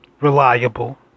reliable